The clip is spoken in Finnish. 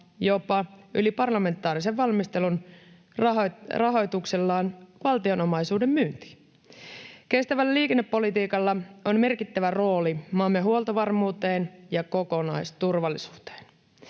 jopa yli parlamentaarisen valmistelun ja rahoitus valtion omaisuuden myynnillä. Kestävällä liikennepolitiikalla on merkittävä rooli maamme huoltovarmuuteen ja kokonaisturvallisuuteen.